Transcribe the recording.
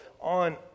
on